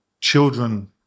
children